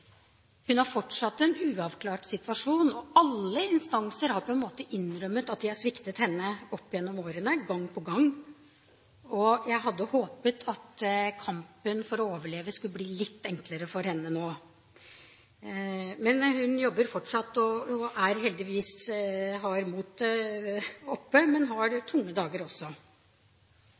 fortsatt en uavklart situasjon. Alle instanser har på en måte innrømmet at de har sviktet henne opp gjennom årene gang på gang. Jeg hadde håpet at kampen for å overleve skulle blitt litt enklere for henne nå. Men hun jobber fortsatt og holder heldigvis motet oppe, men hun har også tunge dager.